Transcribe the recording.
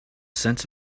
sense